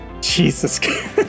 Jesus